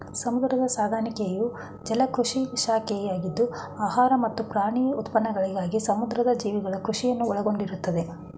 ಸಮುದ್ರ ಸಾಕಾಣಿಕೆಯು ಜಲಕೃಷಿಯ ಶಾಖೆಯಾಗಿದ್ದು ಆಹಾರ ಮತ್ತು ಪ್ರಾಣಿ ಉತ್ಪನ್ನಗಳಿಗಾಗಿ ಸಮುದ್ರ ಜೀವಿಗಳ ಕೃಷಿಯನ್ನು ಒಳಗೊಂಡಿರ್ತದೆ